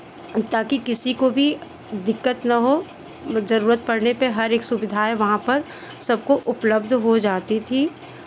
ताकि किसी को भी दिक्कत ना हो जरूरत पड़ने पे हर एक सुविधाए वहाँ पर सबको उपलब्ध हो जाती थी